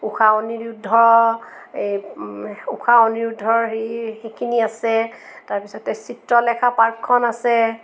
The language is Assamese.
ঊষা অনিৰূদ্ধ এই ঊষা অনিৰুদ্ধৰ হেৰি সেইখিনি আছে তাৰপিছতে চিত্ৰলেখা পাৰ্কখন আছে